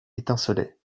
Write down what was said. étincelait